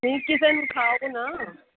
ਨਹੀਂ ਕਿਸੇ ਨੂੰ ਉਠਾਓ ਨਾ